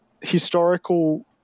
historical